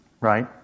right